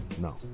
No